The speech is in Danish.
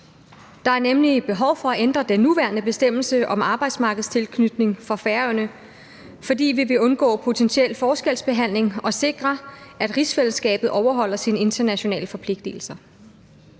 Der er nemlig behov for at ændre den nuværende bestemmelse om arbejdsmarkedstilknytning for Færøerne, fordi vi vil undgå potentiel forskelsbehandling og sikre, at rigsfællesskabet overholder sine internationale forpligtelser.